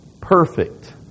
perfect